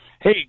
Hey